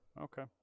Okay